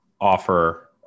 offer